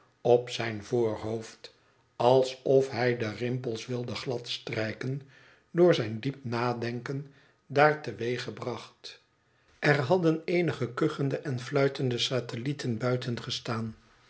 op zijn voorhoofd alsof hij de rimpels wilde gladstrijken door zijn diep nadenken daar teweeggebracht er hadden eenige kuchende en fluitende satellieten